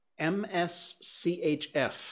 MSCHF